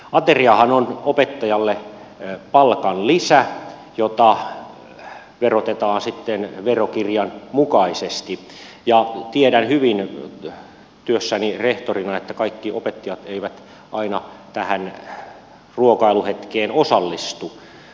ateriahan on opettajalle palkanlisä jota verotetaan sitten verokirjan mukaisesti ja tiedän hyvin työssäni rehtorina että kaikki opettajat eivät tähän ruokailuhetkeen osallistu